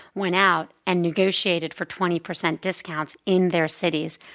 went out and negotiated for twenty percent discounts in their cities.